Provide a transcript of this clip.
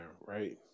Right